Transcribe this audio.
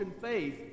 faith